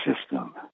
system